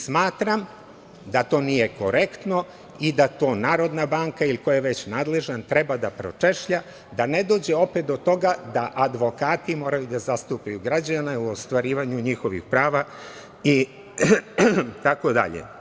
Smatram da to nije korektno i da to Narodna banka ili ko je već nadležan treba da pročešlja, da ne dođe opet do toga da advokati moraju da zastupaju građane u ostvarivanju njihovih prava itd.